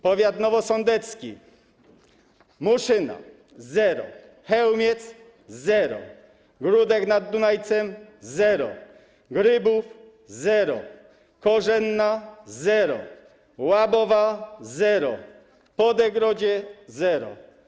Powiat nowosądecki: Muszyna - zero, Chełmiec - zero, Gródek nad Dunajcem - zero, Grybów - zero, Korzenna - zero, Łabowa - zero, Podegrodzie - zero.